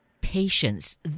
Patience